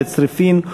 בצריפין,